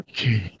Okay